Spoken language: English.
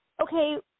okay